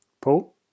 Paul